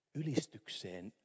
ylistykseen